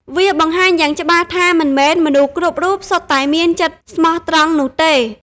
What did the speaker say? វាបង្ហាញយ៉ាងច្បាស់ថាមិនមែនមនុស្សគ្រប់រូបសុទ្ធតែមានចិត្តស្មោះត្រង់នោះទេ។